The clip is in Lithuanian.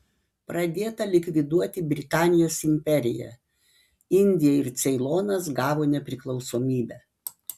pradėta likviduoti britanijos imperiją indija ir ceilonas gavo nepriklausomybę